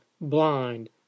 blind